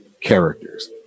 characters